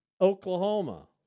Oklahoma